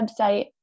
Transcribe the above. website